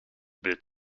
build